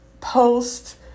post